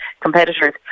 competitors